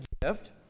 gift